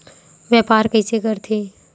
व्यापार कइसे करथे?